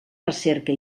recerca